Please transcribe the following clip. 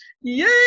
Yay